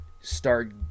start